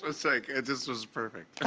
ah so like it just was perfect.